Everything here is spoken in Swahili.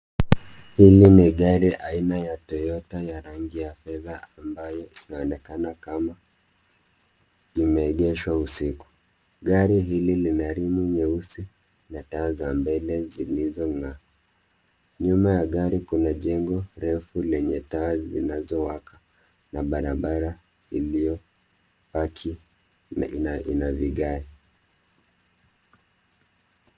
Hili ni gari aina ya Toyota ya rangi ya fedha ambayo inaonekana kama imeegeshwa usiku. Gari hili lina rimu nyeusi na taa za mbele zilizong'aa. Nyuma ya gari kuna jengo refu lenye taa zinazowaka na barabara iliyopaki ina vigae.